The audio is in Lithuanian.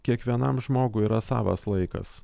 kiekvienam žmogui yra savas laikas